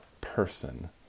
person